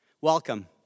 Welcome